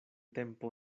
tempo